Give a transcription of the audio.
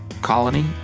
Colony